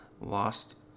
lost